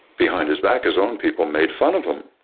behind his back, his own people made fun of him